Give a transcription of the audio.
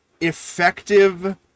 effective